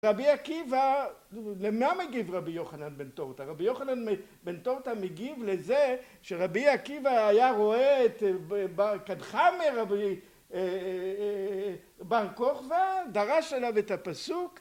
רבי עקיבא למה מגיב רבי יוחנן בן תורתא, רבי יוחנן בן תורתא מגיב לזה שרבי עקיבא היה רואה את בר קדחמר בר כוכבא דרש אליו את הפסוק